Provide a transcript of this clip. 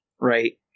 Right